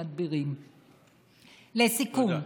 תודה.